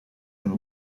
and